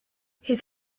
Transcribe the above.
his